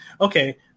okay